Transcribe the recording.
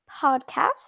podcast